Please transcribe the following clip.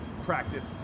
practice